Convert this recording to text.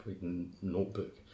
notebook